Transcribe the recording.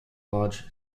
large